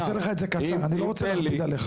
אני אעשה לך את זה קצר, אני לא רוצה להכביד עליך.